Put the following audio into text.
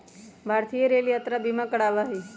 भारतीय रेल यात्रा बीमा करवावा हई